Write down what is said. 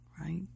right